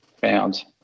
found